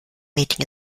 meeting